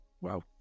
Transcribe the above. Wow